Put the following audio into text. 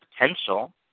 potential